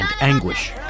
anguish